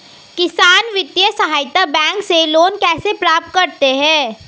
किसान वित्तीय सहायता बैंक से लोंन कैसे प्राप्त करते हैं?